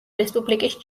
რესპუბლიკის